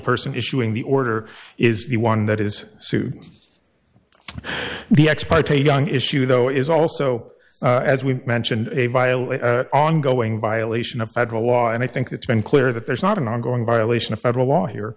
person issuing the order is the one that is sued the ex parte young issue though is also as we mentioned a violent ongoing violation of federal law and i think it's been clear that there's not an ongoing violation of federal law here